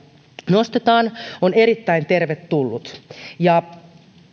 nostetaan on erittäin tervetullut